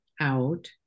out